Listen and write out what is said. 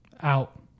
out